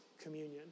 communion